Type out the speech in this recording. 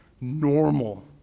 normal